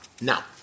now